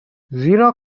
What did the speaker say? زیرا